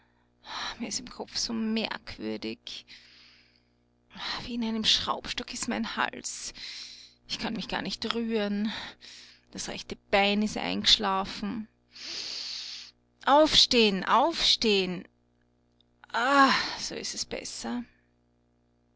mir ist im kopf so merkwürdig wie in einem schraubstock ist mein hals ich kann mich gar nicht rühren das rechte bein ist eingeschlafen aufsteh'n aufsteh'n ah so ist es besser